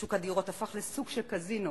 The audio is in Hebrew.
שוק הדירות הפך לסוג של קזינו,